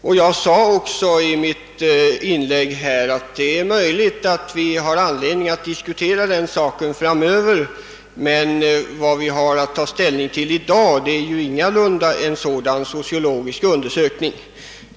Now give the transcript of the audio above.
I mitt inlägg framhöll jag att det är möjligt att vi har anledning att diskutera den frågan framöver, men vad vi i dag har att ta ställning till är ingalunda en sådan sociologisk undersökning.